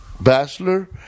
Bachelor